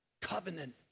covenant